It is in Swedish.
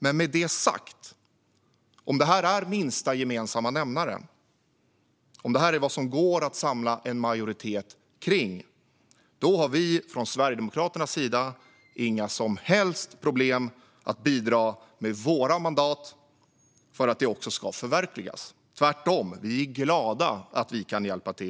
Men med det sagt, om detta är minsta gemensamma nämnaren och om detta är vad som går att samla en majoritet för har vi i Sverigedemokraterna inga som helst problem med att bidra med våra mandat för att detta ska kunna förverkligas. Vi är tvärtom glada över att vi kan hjälpa till.